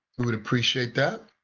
would appreciate that.